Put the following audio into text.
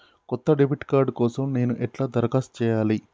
కొత్త debit card కోసం నేను ఎట్లా దరఖాస్తు చేయాలి?